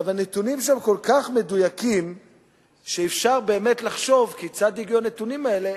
הנתונים שם כל כך מדויקים שאפשר באמת לחשוב כיצד הגיעו הנתונים האלה,